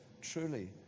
Truly